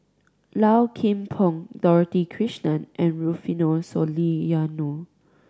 Low Kim Pong Dorothy Krishnan and Rufino Soliano